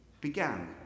began